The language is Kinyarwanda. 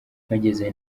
mpageze